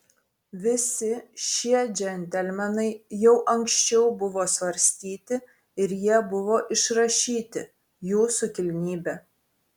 visi šie džentelmenai jau anksčiau buvo svarstyti ir jie buvo išrašyti jūsų kilnybe